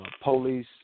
police